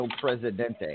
Presidente